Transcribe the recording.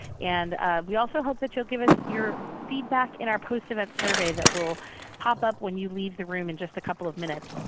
and we also hope that you'll give us your feedback in our post-event survey that will pop up when you leave the room in just a couple of minutes.